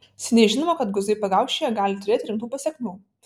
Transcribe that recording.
seniai žinoma kad guzai pakaušyje gali turėti rimtų pasekmių